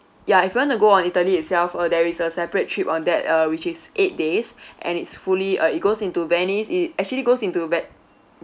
ya if you want to go on italy itself uh there is a separate trip on that uh which is eight days and it's fully uh it goes into venice it actually goes into vat~